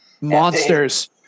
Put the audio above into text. monsters